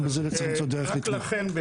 רק לכן,